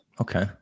okay